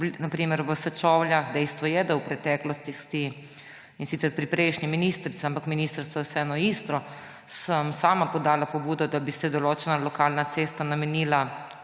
na primer v Sečovljah. Dejstvo je, da v preteklosti, in sicer pri prejšnji ministrici, ampak ministrstvo je vseeno isto, sem sama podala pobudo, da bi se določena lokalna cesta, ki